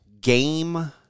game